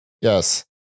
Yes